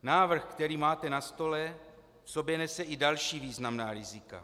Návrh, který máte na stole, v sobě nese i další významná rizika.